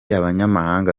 abanyamahanga